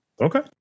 Okay